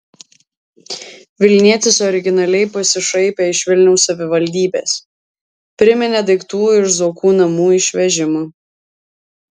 vilnietis originaliai pasišaipė iš vilniaus savivaldybės priminė daiktų iš zuokų namų išvežimą